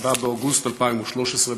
ב-4 באוגוסט 2013,